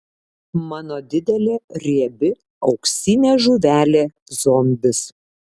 mano didelė riebi auksinė žuvelė zombis